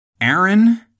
Aaron